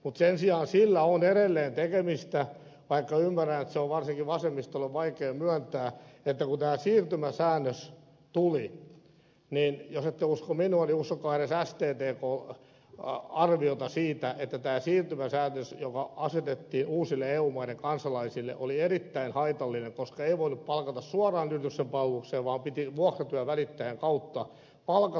mutta sen sijaan sillä on edelleen tekemistä sen kanssa vaikka ymmärrän että se on varsinkin vasemmistolle vaikea myöntää että kun tämä siirtymäsäännös tuli niin jos ette usko minua niin uskokaa edes sttkn arviota siitä tämä siirtymäsäännös joka asetettiin uusille eu maiden kansalaisille oli erittäin haitallinen koska ei voinut palkata työntekijää suoraan yrityksen palvelukseen vaan piti vuokratyövälittäjän kautta palkata